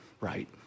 right